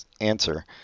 answer